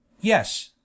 Yes